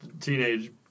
teenage